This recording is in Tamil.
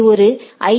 இது ஒரு ஐ